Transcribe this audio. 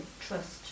trust